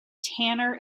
tanner